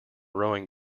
rowing